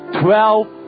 Twelve